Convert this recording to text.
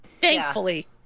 thankfully